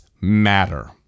matter